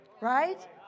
Right